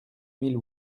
mille